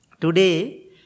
today